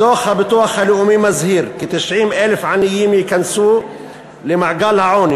"דוח הביטוח הלאומי מזהיר כי 90,000 עניים ייכנסו למעגל העוני